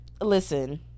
listen